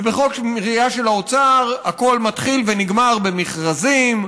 ובחוק עם ראייה של האוצר הכול מתחיל ונגמר במכרזים,